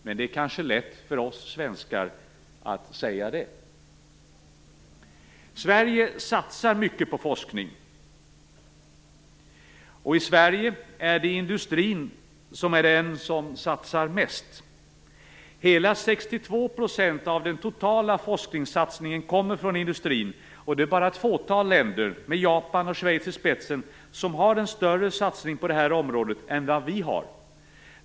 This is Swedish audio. Men det kanske är lätt för oss svenskar att säga det. Sverige satsar mycket på forskning, och det är industrin som satsar mest. Hela 62 % av den totala forskningssatsningen kommer från industrin. Det är bara ett fåtal länder, med Japan och Schweiz i spetsen, som har en större satsning på det här området än vad vi har.